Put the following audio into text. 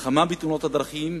תאונות הדרכים